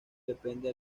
depende